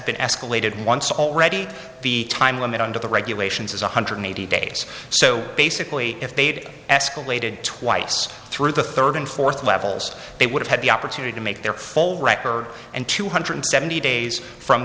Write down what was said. been escalated once already the time limit under the regulations is one hundred eighty days so basically if they'd escalated twice through the third and fourth levels they would have had the opportunity to make their full record and two hundred seventy days from